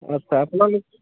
আচ্ছা আপোনালোক